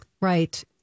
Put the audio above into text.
Right